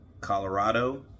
Colorado